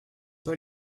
pas